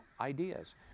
ideas